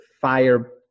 fire